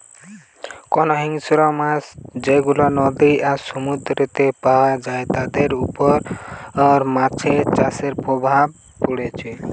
অনেক হিংস্র মাছ যেগুলা নদী আর সমুদ্রেতে পায়া যায় তাদের উপর মাছ চাষের প্রভাব পড়ছে